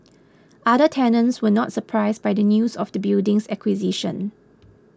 other tenants were not surprised by the news of the building's acquisition